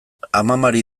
amamari